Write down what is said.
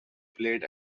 played